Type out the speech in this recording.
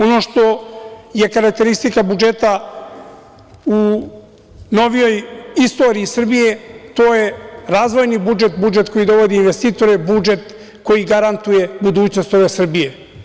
Ono što je karakteristika budžeta u novijoj istoriji Srbije, to je razvojni budžet, budžet koji dovodi investitore, budžet koji garantuje budućnost ove Srbije.